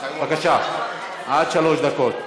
בבקשה, עד שלוש דקות.